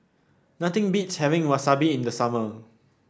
nothing beats having Wasabi in the summer